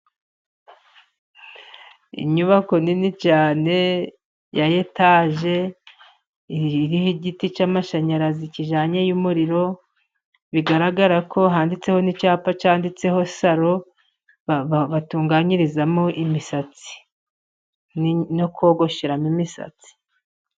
Inyubako nini cyane ya etaje iriho igiti cy'amashanyarazi kijyanyeyo umuriro, bigaragara ko handitseho n'icyapa cyanditseho salo batunganyirizamo imisatsi, no kogosheramo imisatsi.